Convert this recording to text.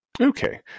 Okay